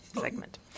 segment